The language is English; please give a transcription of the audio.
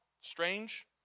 Strange